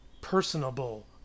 personable